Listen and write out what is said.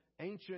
ancient